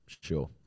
Sure